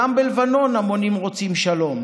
גם בלבנון המונים רוצים שלום,